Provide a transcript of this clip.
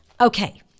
Okay